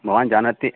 भवान् जानाति